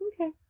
Okay